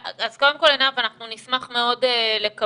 אז קודם כל, עינב, אנחנו נשמח מאוד לקבל.